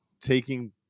taking